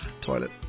toilet